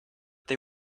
they